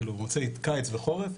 קיץ וחורף,